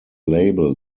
label